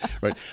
Right